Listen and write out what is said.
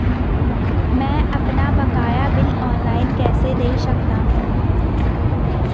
मैं अपना बकाया बिल ऑनलाइन कैसे दें सकता हूँ?